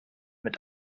mit